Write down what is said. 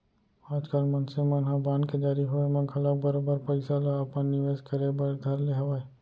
आजकाल मनसे मन ह बांड के जारी होय म घलौक बरोबर पइसा ल अपन निवेस करे बर धर ले हवय